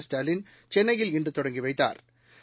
ஸ்டாலின் சென்னையில் இன்று தொடங்கி வைத்தாா்